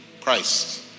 Christ